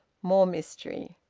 more mystery!